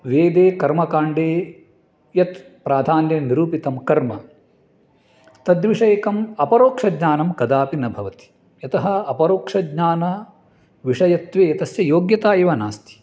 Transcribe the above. वेदे कर्मकाण्डे यत् प्राधान्यं निरूपितं कर्म तद्विषयकम् अपरोक्षज्ञानं कदापि न भवति यतः अपरोक्षज्ञानं विषयत्वे एतस्य योग्यता एव नास्ति